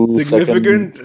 significant